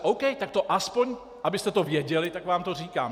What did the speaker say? OK, tak to aspoň, abyste to věděli, tak vám to říkám.